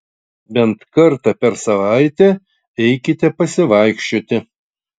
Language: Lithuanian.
bent kartą per savaitę eikite pasivaikščioti